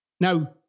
Now